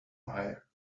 buyer